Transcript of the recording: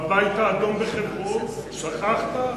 "הבית האדום" בחברון, שכחת?